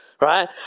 right